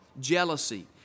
jealousy